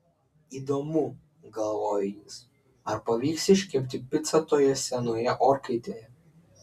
įdomu galvojo jis ar pavyks iškepti picą toje senoje orkaitėje